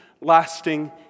lasting